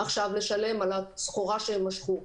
לשלם על הסחורה שהם משכו.